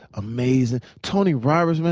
amazing. tony roberts, man,